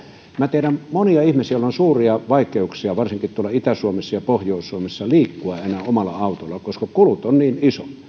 minä tiedän monia ihmisiä joilla on suuria vaikeuksia varsinkin tuolla itä suomessa ja pohjois suomessa liikkua enää omalla autolla koska kulut ovat niin